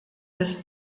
des